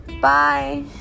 bye